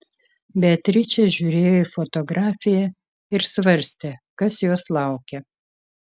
beatričė žiūrėjo į fotografiją ir svarstė kas jos laukia